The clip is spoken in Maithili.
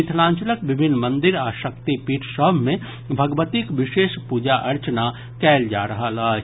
मिथिलांचलक विभिन्न मंदिर आ शक्तिपीठ सभ मे भगवतीक विशेष पूजा अर्चना कयल जा रहल अछि